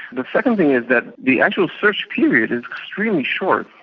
the second thing is that the actual search period is extremely short,